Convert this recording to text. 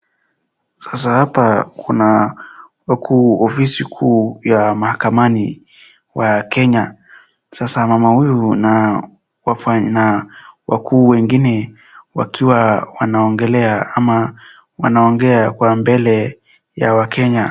Sasa hapa kuna ofisi kuu ya mahakamani ya Kenya, sasa mama huyu na wakuu wengine wakiwa wanaongelea ama wanaongea kwa mbele ya wakenya.